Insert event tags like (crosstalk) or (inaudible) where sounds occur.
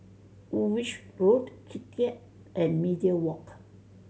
Woolwich Road Keat (unintelligible) and Media Walk